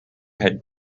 had